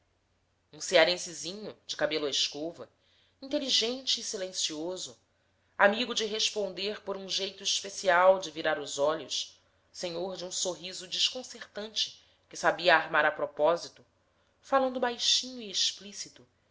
um cearensezinho de cabelo à escova inteligente e silencioso amigo de responder por um jeito especial de virar os olhos senhor de um sorriso desconcertante que sabia armar a propósito falando baixinho e explícito